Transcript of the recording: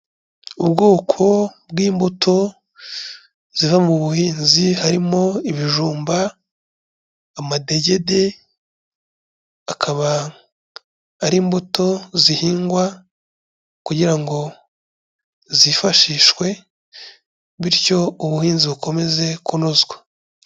Ubwoko bw'imbuto ziva mu buhinzi, harimo ibijumba, amadegede, akaba ari imbuto zihingwa kugira ngo zifashishwe, bityo ubuhinzi bukomeze kunozwa.